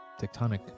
tectonic